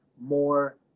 more